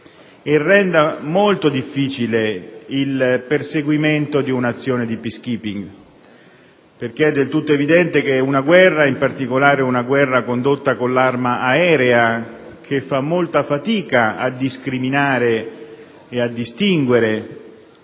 e renda molto difficile il perseguimento di un'azione di *peacekeeping*. Infatti, è del tutto evidente che si tratta di una guerra, in particolare condotta con l'arma aerea, che fa molta fatica a discriminare e a distinguere